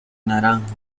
naranjo